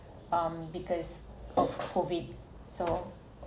um because of COVID so